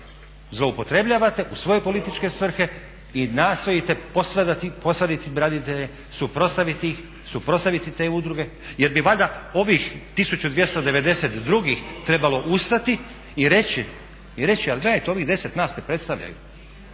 Zloupotrebljavate u svoje političke svrhe i nastojite posvaditi branitelje, suprotstaviti ih, suprotstaviti te udruge jer bi valjda ovih 1290 drugih trebalo ustati i reći, i reći, ali gledajte ovih 10 nas ne predstavljaju.